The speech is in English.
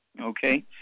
Okay